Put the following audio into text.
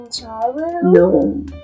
No